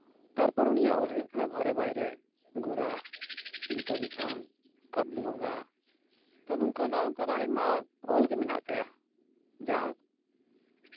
ᱛᱟᱨᱯᱚᱨ ᱩᱱᱤᱭᱟᱜ ᱚᱞ ᱦᱩᱭᱩᱜ ᱠᱟᱱᱟ ᱜᱷᱚᱨᱮ ᱵᱟᱭᱨᱮ ᱜᱳᱨᱟ ᱜᱤᱛᱚᱵᱤᱛᱷᱟᱱ ᱠᱟᱵᱩᱞᱤᱣᱟᱞᱟ ᱛᱳ ᱱᱚᱝᱠᱟᱱᱟᱜ ᱱᱚᱝᱠᱟᱱᱟᱜ ᱟᱭᱢᱟ ᱚᱞ ᱜᱮ ᱢᱮᱱᱟᱜ ᱛᱟᱭᱟ ᱡᱟᱸᱦᱟ